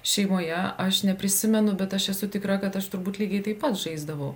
šeimoje aš neprisimenu bet aš esu tikra kad aš turbūt lygiai taip pat žaisdavau